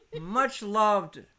much-loved